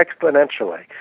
exponentially